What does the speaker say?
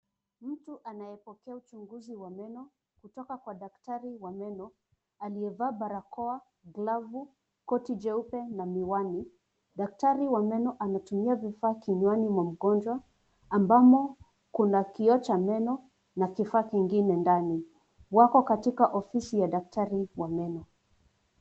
Mtu anayepokea uchunguzi wa meno kutoka kwa daktari wa meno aliyevaa barakoa, glovu, koti jeupe na miwani. Daktari wa meno anatumia vifaa kinywani mwa mgonjwa, ambamo kuna kioo cha meno na kifaa kingine ndani. Wako katika ofisi ya daktari wa meno.